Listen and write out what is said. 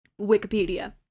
wikipedia